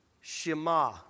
Shema